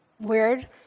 weird